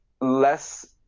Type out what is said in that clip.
less